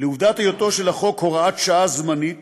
לעובדת היותו של החוק הוראת שעה זמנית